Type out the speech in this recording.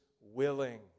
willing